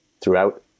throughout